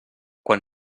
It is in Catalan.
quan